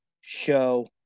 show